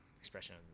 expression